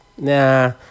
nah